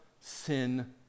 sin